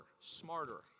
smarter